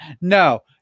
No